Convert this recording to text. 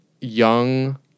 young